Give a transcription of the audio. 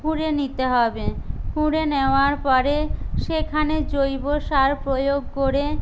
খুঁড়ে নিতে হবে খুঁড়ে নেওয়ার পরে সেখানে জৈবসার প্রয়োগ করে